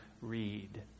read